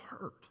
hurt